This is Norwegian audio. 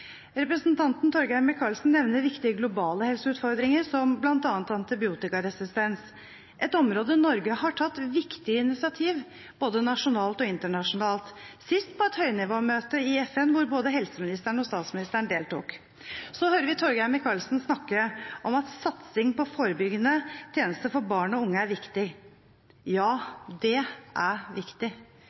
Representanten Torgeir Micaelsen nevner viktige globale helseutfordringer, som bl.a. antibiotikaresistens, et område der Norge har tatt viktige initiativ både nasjonalt og internasjonalt, sist på et høynivåmøte i FN, hvor både helseministeren og statsministeren deltok. Så hører vi Torgeir Micaelsen snakke om at satsing på forebyggende tjenester for barn og unge er viktig. Ja, det er viktig.